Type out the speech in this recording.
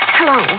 Hello